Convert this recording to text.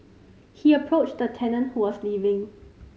he approached a tenant who was leaving